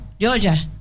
Georgia